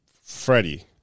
Freddie